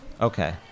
Okay